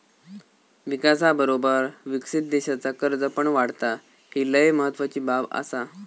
विकासाबरोबर विकसित देशाचा कर्ज पण वाढता, ही लय महत्वाची बाब आसा